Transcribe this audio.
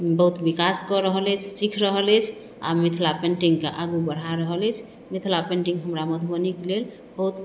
बहुत विकास कऽ रहल अछि सीख रहल अछि आ मिथिला पेन्टिङ्गके आगू बढ़ा रहल अछि मिथिला पेन्टिङ्ग हमरा मधुबनीके लेल बहुत